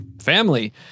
family